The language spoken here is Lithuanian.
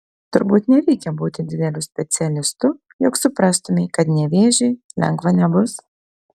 turbūt nereikia būti dideliu specialistu jog suprastumei kad nevėžiui lengva nebus